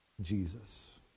Jesus